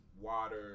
water